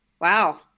Wow